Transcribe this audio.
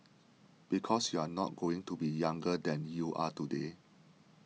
because you are not going to be younger than you are today